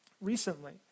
recently